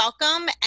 welcome